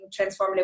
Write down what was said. transformative